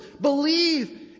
Believe